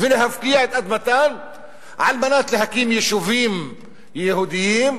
ולהפקיע את אדמתם על מנת להקים יישובים יהודיים,